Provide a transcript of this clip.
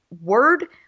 word